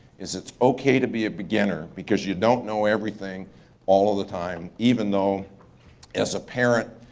is it's okay to be a beginner because you don't know everything all the time even though it's apparent.